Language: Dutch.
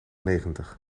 negentig